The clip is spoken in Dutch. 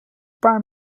paar